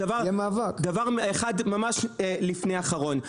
דבר אחד ממש לפני האחרון.